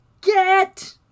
Get